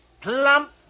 plump